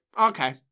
okay